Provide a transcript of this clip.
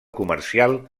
comercial